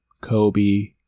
Kobe